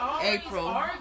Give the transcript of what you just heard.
April